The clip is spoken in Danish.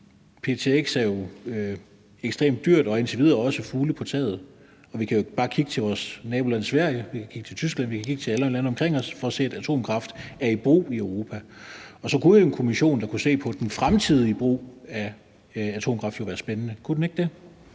ptx er jo ekstremt dyrt og indtil videre også fugle på taget. Vi kan jo bare kigge til vores naboland Sverige, vi kan kigge til Tyskland, vi kan kigge til alle lande omkring os for at se, at atomkraft er i brug i Europa. Så kunne en kommission, der kunne se på den fremtidige brug af atomkraft, jo være spændende. Kunne den ikke det?